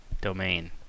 domain